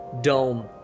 dome